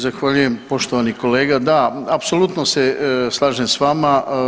Zahvaljujem poštovani kolega, da, apsolutno se slažem s vama.